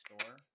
store